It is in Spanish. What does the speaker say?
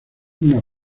una